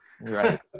Right